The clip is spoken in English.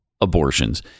abortions